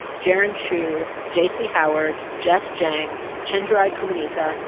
jaron chu, j c. howard, jess jiang, chenjerai kumanikya,